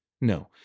No